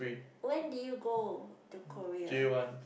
when did you go to Korea